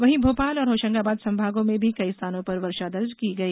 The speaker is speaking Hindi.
वहीं भोपाल और होशंगाबाद संभागों में भी कई स्थानों पर वर्षा दर्ज की गई